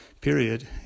period